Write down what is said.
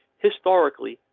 historically,